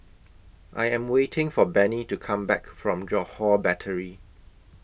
I Am waiting For Bennie to Come Back from Johore Battery